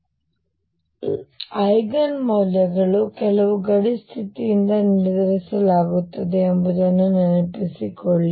ಆದ್ದರಿಂದ ಐಗನ್ ಮೌಲ್ಯಗಳನ್ನು ಕೆಲವು ಗಡಿ ಸ್ಥಿತಿಯಿಂದ ನಿರ್ಧರಿಸಲಾಗುತ್ತದೆ ಎಂಬುದನ್ನು ನೆನಪಿಸಿಕೊಳ್ಳಿ